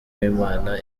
w’imana